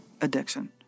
addiction